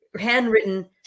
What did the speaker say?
handwritten